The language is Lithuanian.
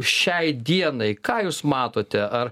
šiai dienai ką jūs matote ar